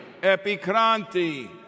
Epikranti